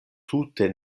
tute